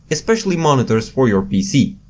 especially monitors for your pc.